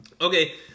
Okay